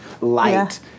light